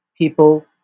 people